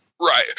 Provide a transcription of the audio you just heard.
Right